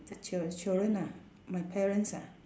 ch~ ch~ children ah my parents ah